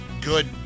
good